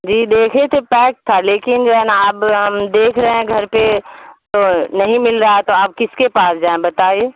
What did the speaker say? جی دیکھے تو پیک تھا لیکن جو ہے نا اب ہم دیکھ رہے ہیں گھر پہ تو نہیں مل رہا ہے تو اب کس کے پاس جائیں بتائیے